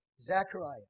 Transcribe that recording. Zechariah